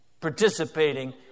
participating